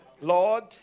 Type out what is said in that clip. Lord